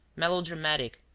melodramatic,